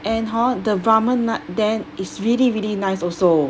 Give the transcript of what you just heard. and hor the ramen ah there is really really nice also